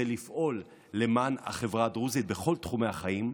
זה לפעול למען החברה הדרוזית בכל תחומי החיים,